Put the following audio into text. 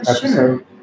sure